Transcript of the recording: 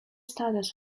stutters